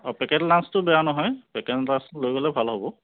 packet লাঞ্চটো বেয়া নহয় পেকেট লাঞ্চ লৈ গ'লে হ'ব